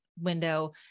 window